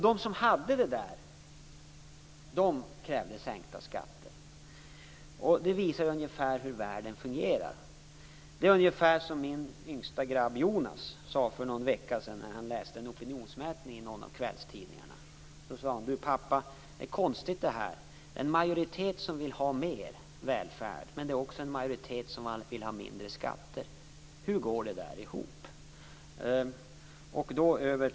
De som hade detta krävde sänkta skatter. Det visar ungefär hur världen fungerar. Det är ungefär som min yngsta grabb Jonas sade för någon vecka sedan när han läste en opinionsmätning i någon av kvällstidningarna. Han sade: Du pappa, det är konstigt att det är en majoritet som vill ha mer välfärd, men det är också en majoritet som vill ha mindre skatter. Hur går det där ihop?